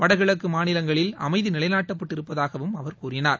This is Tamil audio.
வடகிழக்கு மாநிலங்களில் அமைதி நிலைநாட்டப்பட்டு இருப்பதாகவும் அவர் கூறினார்